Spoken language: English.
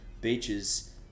beaches